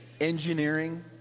Engineering